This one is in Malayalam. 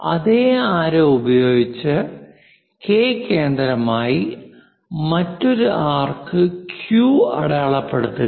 അതേ ആരം ഉപയോഗിച്ച് കെ കേന്ദ്രമായി മറ്റൊരു ആർക്ക് Q അടയാളപ്പെടുത്തുക